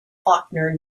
faulkner